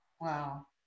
Wow